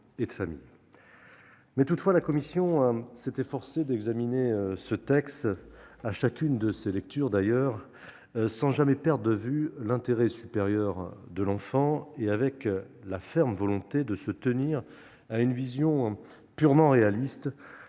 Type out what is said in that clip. Toutefois, la commission s'est efforcée de l'examiner, à chacune de ses lectures, sans jamais perdre de vue l'intérêt supérieur de l'enfant, et avec la ferme volonté de s'en tenir à une vision purement réaliste,